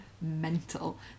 mental